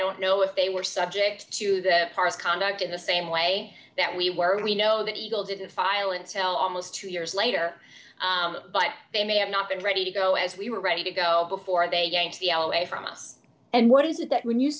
don't know if they were subject to their cars conduct in the same way that we were we know that eagle didn't file until almost two years later but they may have not been ready to go as we were ready to go before they yanked the l a from us and what is it that when you